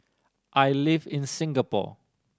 I live in Singapore